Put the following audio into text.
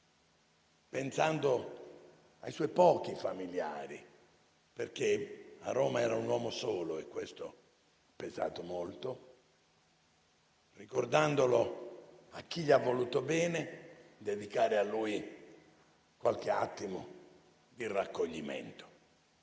pensando ai suoi pochi familiari - a Roma era un uomo solo, e questo ha pesato molto - e ricordandolo a chi gli ha voluto bene, dedichiamo a lui qualche attimo di raccoglimento.